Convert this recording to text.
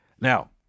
Now